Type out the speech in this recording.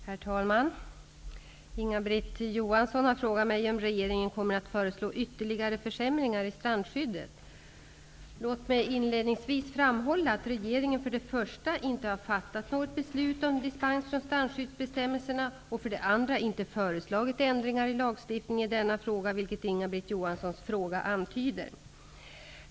Herr talman! Inga-Britt Johansson har frågat mig om regeringen kommer att föreslå ytterligare försämringar i strandskyddet. Låt mig inledningsvis framhålla att regeringen för det första inte har fattat något beslut om dispens från strandskyddsbestämmelserna och för det andra inte föreslagit ändringar i lagstiftningen i denna fråga, vilket Inga-Britt Johanssons fråga antyder.